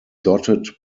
dotted